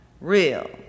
Real